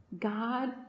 God